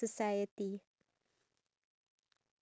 ya you know um